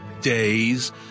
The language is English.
days